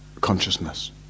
consciousness